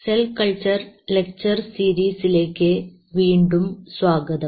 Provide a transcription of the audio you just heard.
cell culture lecture സീരിസിലേക്ക് വീണ്ടും സ്വാഗതം